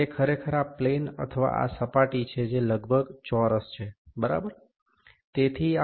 તે ખરેખર આ પ્લેન અથવા આ સપાટી છે જે લગભગ ચોરસ છે બરાબર